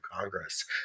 Congress